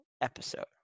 episode